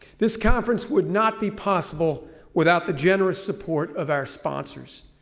this conference would not be possible without the generous support of our sponsors.